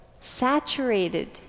saturated